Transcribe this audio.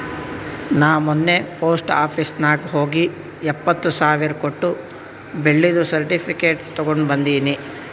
ನಾ ಮೊನ್ನೆ post office ನಾಗ್ ಹೋಗಿ ಎಪ್ಪತ್ ಸಾವಿರ್ ಕೊಟ್ಟು ಬೆಳ್ಳಿದು ಸರ್ಟಿಫಿಕೇಟ್ ತಗೊಂಡ್ ಬಂದಿನಿ